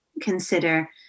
consider